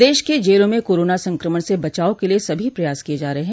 प्रदेश के जेलों में कोरोना संक्रमण से बचाव के लिये सभी प्रयास किये जा रहे हैं